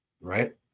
right